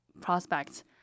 prospects